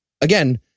Again